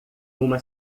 uma